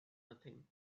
nothing